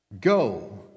Go